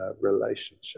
relationship